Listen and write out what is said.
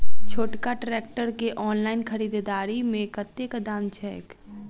छोटका ट्रैक्टर केँ ऑनलाइन खरीददारी मे कतेक दाम छैक?